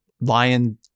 lion